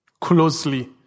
closely